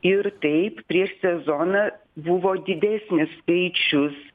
ir taip prieš sezoną buvo didesnis skaičius